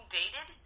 dated